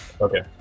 Okay